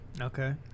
Okay